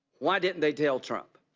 why didn't they tell trump?